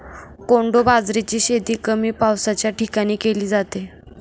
कोडो बाजरीची शेती कमी पावसाच्या ठिकाणी केली जाते